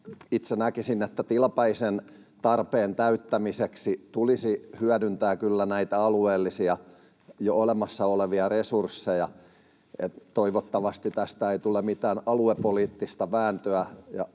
itse näkisin, että tilapäisen tarpeen täyttämiseksi tulisi hyödyntää kyllä näitä alueellisia, jo olemassa olevia resursseja. Eli toivottavasti tästä ei tule mitään aluepoliittista vääntöä,